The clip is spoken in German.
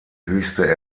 höchste